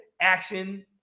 action